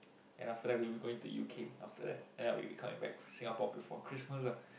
then after that we will be going U_K after that then we'll be coming back Singapore before Christmas ah